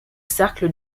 cercle